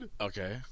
Okay